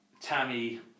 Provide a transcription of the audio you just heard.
Tammy